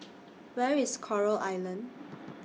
Where IS Coral Island